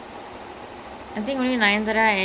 that's true I mean